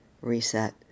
reset